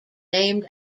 named